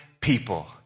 people